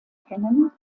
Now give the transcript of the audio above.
kennen